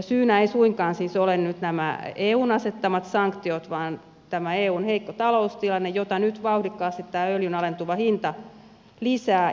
syynä eivät suinkaan siis ole nämä eun asettamat sanktiot vaan tämä heikko eun taloustilanne jota nyt vauhdikkaasti tämä öljyn alentuva hinta lisää